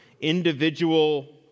individual